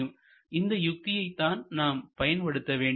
இந்த யுக்தியை தான் நாம் பயன்படுத்த வேண்டும்